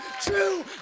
true